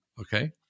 okay